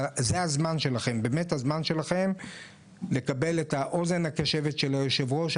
זה הזמן שלכם באמת לקבל את האוזן הקשבת של היושב-ראש.